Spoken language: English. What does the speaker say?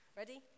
ready